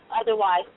otherwise